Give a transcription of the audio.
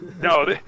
No